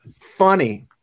funny